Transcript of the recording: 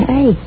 Hey